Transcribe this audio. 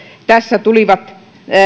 tässä tulivat